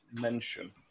mention